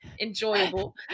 enjoyable